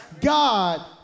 God